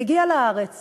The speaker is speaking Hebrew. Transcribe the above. היא הגיעה לארץ